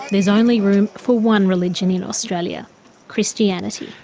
there's only room for one religion in australia christianity.